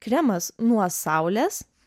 kremas nuo saulės